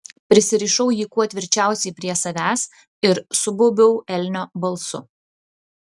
prisirišau jį kuo tvirčiausiai prie savęs ir subaubiau elnio balsu